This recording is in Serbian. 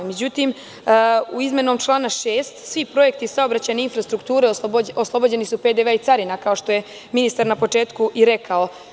Međutim, izmenom člana 6. svi projekti saobraćajne infrastrukture oslobođeni su PDV i carina, kao što je ministar na početku i rekao.